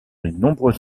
nombreux